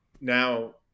now